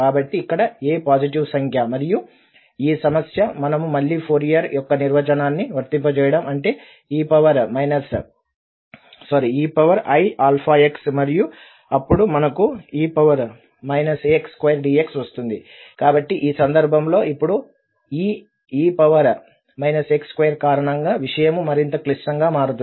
కాబట్టి ఇక్కడ a positive సంఖ్య మరియు ఈ సమస్య మనము మళ్ళీ ఫోరియర్ యొక్క నిర్వచనాన్ని వర్తింపచేయడం అంటే eiαx మరియు అప్పుడు మనకు e ax2dx వస్తుంది కాబట్టి ఈ సందర్భంలో ఇప్పుడు ఈ e ax2 కారణంగా విషయము మరింత క్లిష్టంగా మారుతుంది